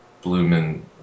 Blumen